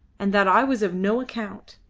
and that i was of no account.